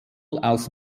aus